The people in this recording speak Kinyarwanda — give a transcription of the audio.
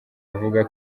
avuga